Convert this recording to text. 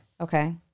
Okay